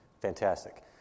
Fantastic